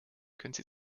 können